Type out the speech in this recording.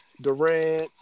Durant